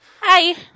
Hi